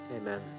Amen